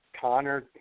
Connor